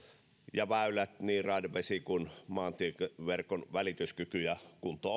ja väylät niin raide vesi kuin maantieverkon välityskyky ja kunto